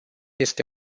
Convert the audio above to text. este